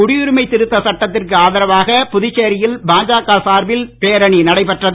குடியுரிமை திருத்த சட்டத்திற்கு ஆதரவாக புதுச்சேரியில் பாஜக சார்பில் பேரணி நடைபெற்றது